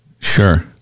Sure